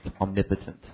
omnipotent